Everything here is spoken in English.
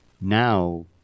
Now